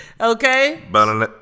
Okay